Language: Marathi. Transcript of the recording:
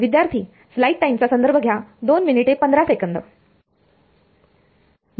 बोर्ड मध्ये बरोबर आहे